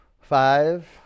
Five